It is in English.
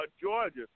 Georgia